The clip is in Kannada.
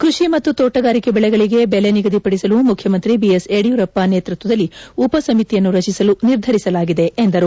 ಕೈಷಿ ಮತ್ತು ತೋಟಗಾರಿಕೆ ಬೆಳೆಗಳಿಗೆ ಬೆಲೆ ನಿಗದಿಪಡಿಸಲು ಮುಖ್ಯಮಂತ್ರಿ ಬಿಎಸ್ ಯಡಿಯೂರಪ್ಪ ನೇತೃತ್ವದಲ್ಲಿ ಉಪಸಮಿತಿಯನ್ನು ರಚಿಸಲು ನಿರ್ಧರಿಸಲಾಗಿದೆ ಎಂದರು